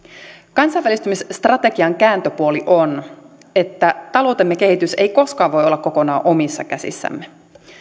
kansainvälistymisstrategian kääntöpuoli on että taloutemme kehitys ei koskaan voi olla kokonaan omissa käsissämme